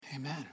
Amen